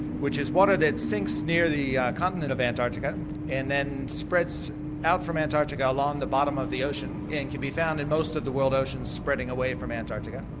which is water that sinks near the continent of antarctica and then spreads out from antarctica along the bottom of the ocean and can be found in most of the world oceans spreading away from antarctica.